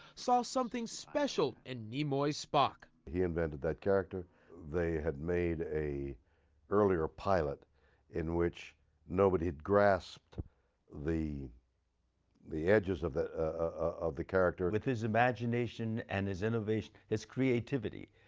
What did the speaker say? saw something special in nimoy's spock. he invented that character they have made a earlier pilot in which nobody grasped the the edges of the of the character. with his imagination and his innovation, his creativity,